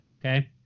okay